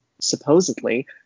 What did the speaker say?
supposedly